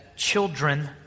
Children